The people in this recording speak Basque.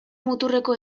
muturreko